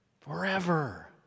forever